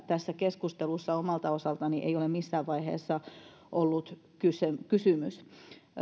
tässä keskustelussa omalta osaltani ei ole missään vaiheessa ollut kysymys